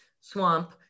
Swamp